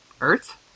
Earth